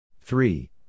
three